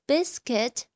Biscuit